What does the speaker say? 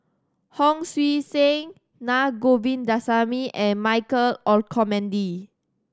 Hon Sui Sen Naa Govindasamy and Michael Olcomendy